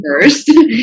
first